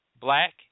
black